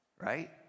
right